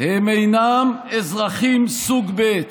הם אינם אזרחים סוג ב'.